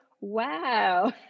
wow